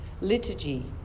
liturgy